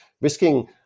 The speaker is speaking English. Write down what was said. risking